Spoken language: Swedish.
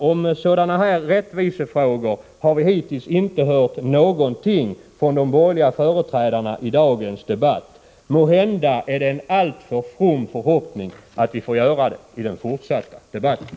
Om sådana här rättvisefrågor har vi hittills inte hört någonting från de borgerliga partiernas företrädare i dagens debatt. Måhända är det en alltför from förhoppning att vi får göra det i den fortsatta debatten.